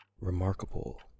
remarkable